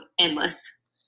endless